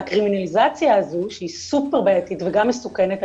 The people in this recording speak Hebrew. והקרימינליזציה הזו שהיא סופר בעייתית וגם מסוכנת,